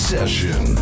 Session